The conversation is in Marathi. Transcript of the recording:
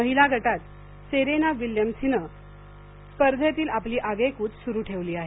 महिला गटात सेरेना विल्यम्स हिने स्पर्धेतील आपली आगेकूच सुरु ठेवली आहे